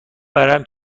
ورم